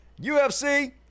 UFC